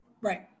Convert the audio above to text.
Right